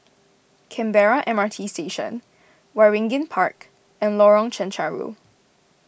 Canberra M R T Station Waringin Park and Lorong Chencharu